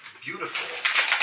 beautiful